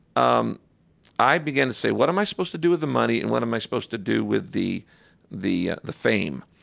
um i began to say, what am i supposed to do with the money, and what am i supposed to do with the the fame?